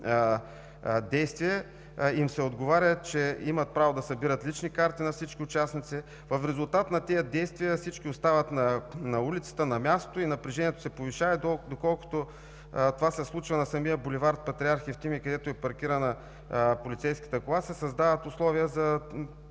действие, им се отговаря, че имат право да събират лични карти на всички участници. В резултат на тези действия всички остават на улицата, на мястото и напрежението се повишава. Доколкото това се случва на самият бул. „Патриарх Евтимий“, където е паркирана полицейската кола, се създават условия за